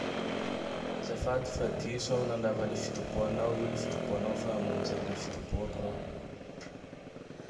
Azafady fa diso aho nandrava le fitoboanao. Io le fitoboanao fa hamonjy an le fitobohako raho.